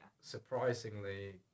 Surprisingly